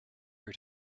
her